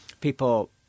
people